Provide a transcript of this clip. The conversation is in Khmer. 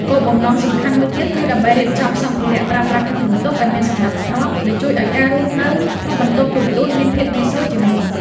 គោលបំណងសំខាន់មួយទៀតគឺដើម្បីរៀបចំសម្ភារៈប្រើប្រាស់ក្នុងបន្ទប់ឱ្យមានសណ្ដាប់ធ្នាប់ ដែលជួយឱ្យការរស់នៅក្នុងបន្ទប់តូចៗមានភាពងាយស្រួលជាងមុន។